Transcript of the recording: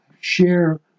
share